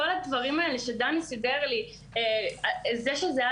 כל הדברים האלה שדן סיפר לי, גם אם זה שיחק